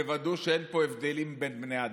תוודאו שאין פה הבדלים בין בני אדם,